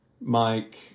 Mike